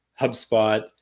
HubSpot